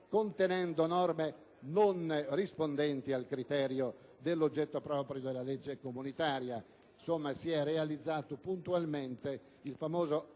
contenendo norme non rispondenti al criterio dell'oggetto proprio della legge comunitaria. Insomma, si è realizzato puntualmente il famoso